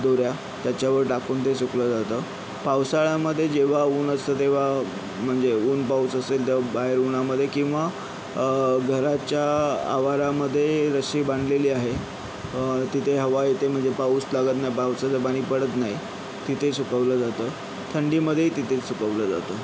दोऱ्या त्याच्यावर टाकून ते सुकलं जातं पावसाळ्यामध्ये जेव्हा ऊन असतं तेव्हा म्हणजे ऊन पाऊस असेल तेव्हा बाहेर उन्हामध्ये किंवा घराच्या आवारामध्ये रश्शी बांधलेली आहे तिथे हवा येते म्हणजे पाऊस लागत नाही पावसाचं पाणी पडत नाही तिथे सुकवलं जातं थंडीमध्येही तिथेच सुकवलं जातं